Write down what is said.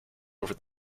over